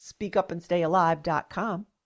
speakupandstayalive.com